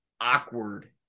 awkward